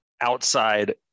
outside